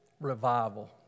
Revival